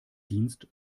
dienst